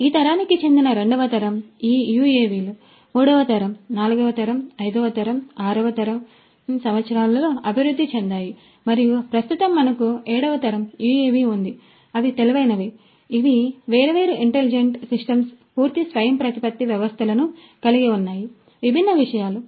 ఈ తరానికి చెందిన రెండవ తరం ఈ యుఎవిలు మూడవ తరం నాల్గవ తరం ఐదవ తరం ఆరవ తరం సంవత్సరాలలో అభివృద్ధి చెందాయి మరియు ప్రస్తుతం మనకు ఏడవ తరం యుఎవి ఉంది అవి తెలివైనవి ఇవి వేర్వేరు ఇంటెలిజెంట్ సిస్టమ్స్ పూర్తి స్వయంప్రతిపత్తి వ్యవస్థలను కలిగి ఉన్నాయి విభిన్న విషయాలు